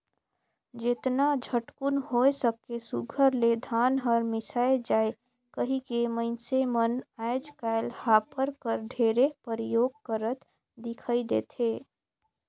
जेतना झटकुन होए सके सुग्घर ले धान हर मिसाए जाए कहिके मइनसे मन आएज काएल हापर कर ढेरे परियोग करत दिखई देथे